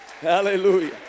Hallelujah